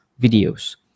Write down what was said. videos